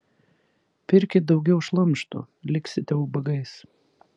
pirkit daugiau šlamšto liksite ubagais